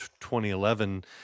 2011